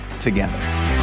together